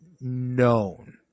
known